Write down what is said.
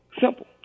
simple